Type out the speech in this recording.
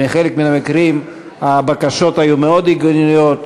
בחלק מן המקרים הבקשות היו מאוד הגיוניות,